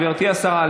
גברתי השרה,